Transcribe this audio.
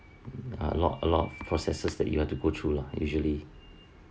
a lot a lot of processes that you have to go through lah usually